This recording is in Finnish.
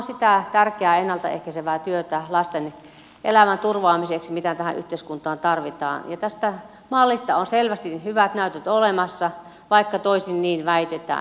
tämä on sitä tärkeää ennalta ehkäisevää työtä lasten elämän turvaamiseksi mitä tähän yhteiskuntaan tarvitaan ja tästä mallista on selvästi hyvät näytöt olemassa vaikka toisin väitetään